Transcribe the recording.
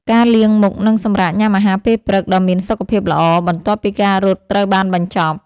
ការលាងមុខ និងសម្រាកញ៉ាំអាហារពេលព្រឹកដ៏មានសុខភាពល្អ បន្ទាប់ពីការរត់ត្រូវបានបញ្ចប់។